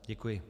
Děkuji.